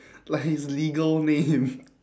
like his legal name